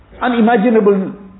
unimaginable